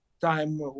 time